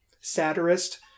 satirist